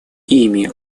ими